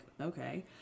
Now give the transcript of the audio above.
okay